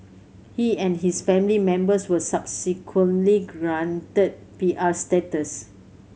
he and his family members were subsequently granted P R status